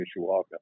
Mishawaka